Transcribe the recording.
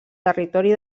territori